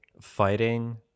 fighting